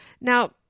Now